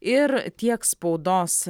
ir tiek spaudos